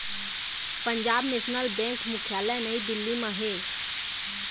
Punjab national bank मुख्यालय नई दिल्ली म हे